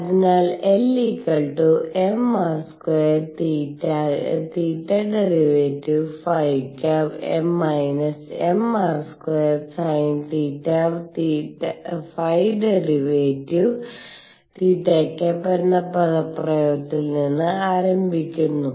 അതിനാൽ Lm r2 θ˙ ϕ mr2 sinθ ϕ˙ θ എന്ന പദപ്രയോഗത്തിൽ നിന്ന് ആരംഭിക്കുന്നു